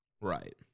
Right